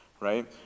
right